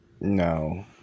No